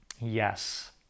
yes